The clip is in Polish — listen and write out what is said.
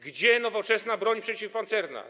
Gdzie nowoczesna broń przeciwpancerna?